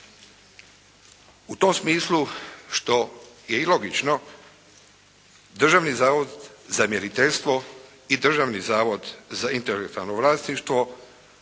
U tom smislu što je i logično, Državni zavod za mjeriteljstvo i Državni zavod za intelektualno vlasništvo